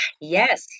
Yes